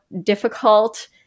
difficult